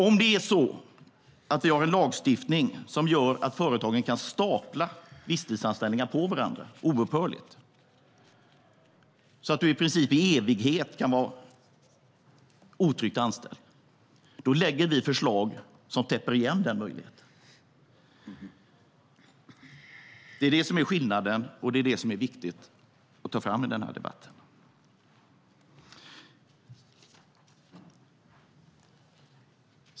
Om det är så att vi har en lagstiftning som gör att företagen kan stapla visstidsanställningar på varandra oupphörligt, så att du i princip i evighet kan vara otryggt anställd, lägger vi fram förslag som täpper igen den möjligheten. Det är det som är skillnaden, och det är det som är viktig att ta fram i denna debatt.